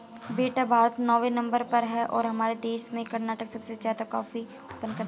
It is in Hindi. बेटा भारत नौवें नंबर पर है और हमारे देश में कर्नाटक सबसे ज्यादा कॉफी उत्पादन करता है